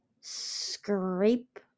scrape